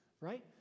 right